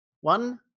One